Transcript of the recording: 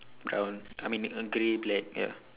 brown I mean uh grey black ya